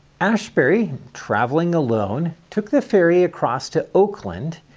asbury traveling alone took the ferry across to oakland,